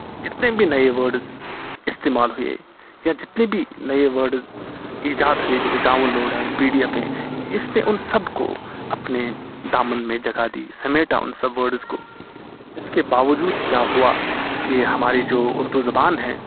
جتنے بھی نئے ورڈس استعمال ہوئے یا جتنے بھی نئے ورڈس ایجاد ہوئے جیسے ڈاؤن لوڈ ہیں پی ڈی ایپ ہے اس نے ان سب کو اپنے دامن میں جگہ دی سمیٹا ان سب ورڈس کو اس کے باوجود کیا ہوا کہ ہماری جو اردو زبان ہیں